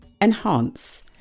enhance